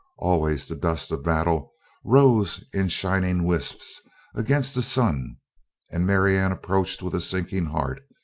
always the dust of battle rose in shining wisps against the sun and marianne approached with a sinking heart,